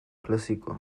klasiko